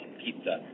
pizza